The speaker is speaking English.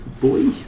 Boy